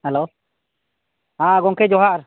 hello ᱦᱮᱸ ᱜᱚᱢᱠᱮ ᱡᱚᱦᱟᱨ